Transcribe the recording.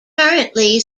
currently